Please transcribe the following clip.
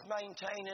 maintaining